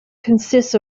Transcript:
consists